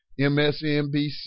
MSNBC